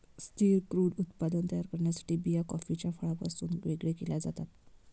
स्थिर क्रूड उत्पादन तयार करण्यासाठी बिया कॉफीच्या फळापासून वेगळे केल्या जातात